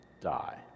die